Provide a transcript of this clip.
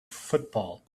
football